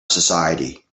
society